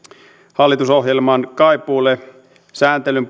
hallitusohjelman kaipuulle sääntelyn